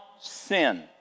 sin